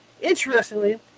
Interestingly